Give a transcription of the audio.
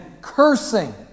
cursing